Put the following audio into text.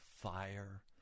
fire